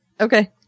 Okay